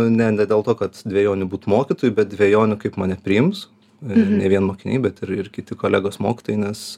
ne ne dėl to kad dvejonių būt mokytoju bet dvejonių kaip mane priims ir ne vien mokiniai bet ir ir kiti kolegos mokytojai nes